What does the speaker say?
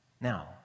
Now